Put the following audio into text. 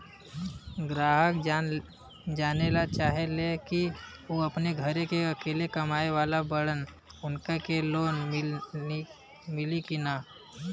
ग्राहक जानेला चाहे ले की ऊ अपने घरे के अकेले कमाये वाला बड़न उनका के लोन मिली कि न?